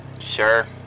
Sure